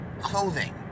clothing